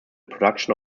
production